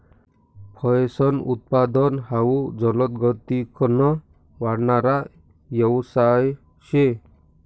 फयेसनं उत्पादन हाउ जलदगतीकन वाढणारा यवसाय शे